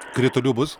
kritulių bus